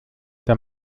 der